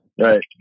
right